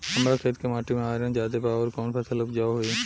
हमरा खेत के माटी मे आयरन जादे बा आउर कौन फसल उपजाऊ होइ?